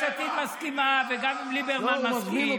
גם אם יש עתיד מסכימה וגם אם ליברמן מסכים,